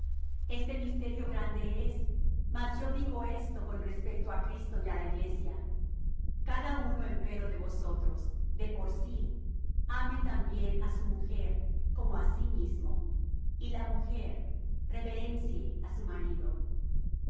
este misterio grande es mas yo digo esto con respecto á cristo y á la iglesia cada uno empero de vosotros de por sí ame también á su mujer como á sí mismo y la mujer reverencie á su marido